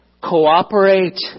Cooperate